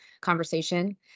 conversation